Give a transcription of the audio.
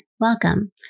welcome